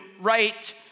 right